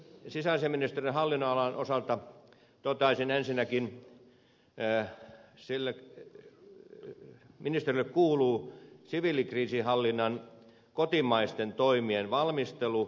sisäasiainministeriön hallinnonalan osalta toteaisin ensinnäkin että sille ministeriölle kuuluu siviilikriisinhallinnan kotimaisten toimien valmistelu